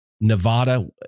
Nevada